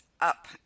up